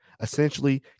Essentially